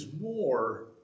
more